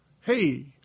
hey